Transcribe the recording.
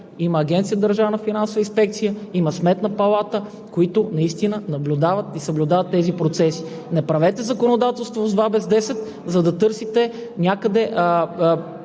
има Агенция за държавна финансова инспекция, има Сметна палата, които наистина наблюдават и съблюдават тези процеси. Не правете законодателство в два без десет, за да търсите частен